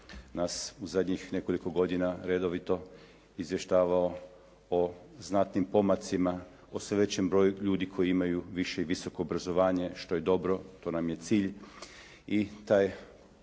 nas u zadnjih nekoliko godina redovito izvještavao o znatnim pomacima, o sve većem broju ljudi koji imaju više i visoko obrazovanje što je dobro, to nam je cilj